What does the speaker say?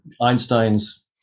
Einstein's